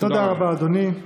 תודה רבה, אדוני.